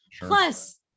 plus